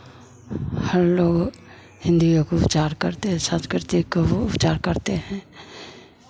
हर लोग हिन्दीए को विचार करते हैं संस्कृति को वो विचार करते हैं